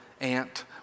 aunt